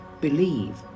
believe